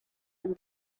and